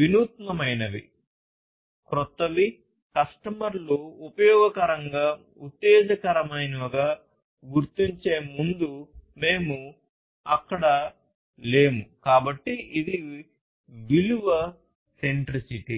వినూత్నమైనవి క్రొత్తవి కస్టమర్లు ఉపయోగకరంగా ఉత్తేజకరమైనవిగా గుర్తించే ముందు మేము అక్కడ లేము కాబట్టి ఇది విలువ సెంట్రిసిటీ